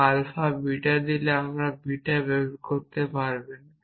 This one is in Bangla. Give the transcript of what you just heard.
এবং আলফা বিটা দিলে আপনি বিটা বের করতে পারবেন